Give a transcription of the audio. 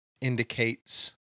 indicates